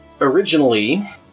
originally